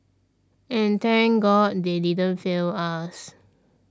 and thank God they didn't fail us